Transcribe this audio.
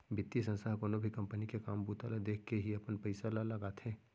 बितीय संस्था ह कोनो भी कंपनी के काम बूता ल देखके ही अपन पइसा ल लगाथे